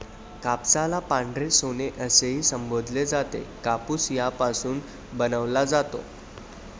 कापसाला पांढरे सोने असेही संबोधले जाते, कापूस यापासून बनवला जातो